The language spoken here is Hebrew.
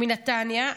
מנתניה.